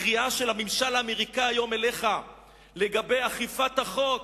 הקריאה של הממשל האמריקני היום אליך לגבי אכיפת החוק